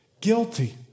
guilty